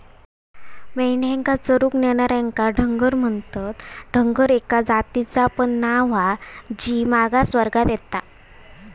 मेंढ्यांका चरूक नेणार्यांका धनगर बोलतत, धनगर एका जातीचा पण नाव हा जी मागास वर्गात येता